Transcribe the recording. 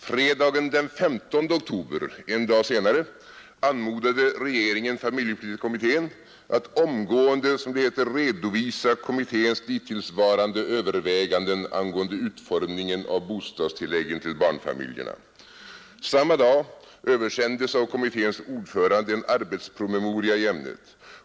Fredagen den 15 oktober, alltså en dag senare, anmodade regeringen familjepolitiska kommittén att omgående — som det heter — redovisa kommitténs hittillsvarande överväganden angående utformningen av bostadstilläggen till barnfamiljerna. Samma dag översändes av kommitténs ordförande en arbetspromemoria i ämnet.